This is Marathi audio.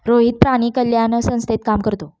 रोहित प्राणी कल्याण संस्थेत काम करतो